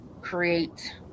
create